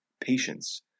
patience